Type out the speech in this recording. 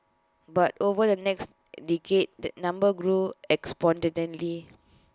but over the next decade this number grew exponentially